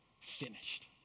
Finished